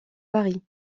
paris